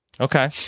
Okay